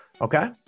Okay